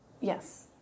Yes